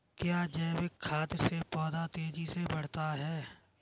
क्या जैविक खाद से पौधा तेजी से बढ़ता है?